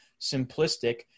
simplistic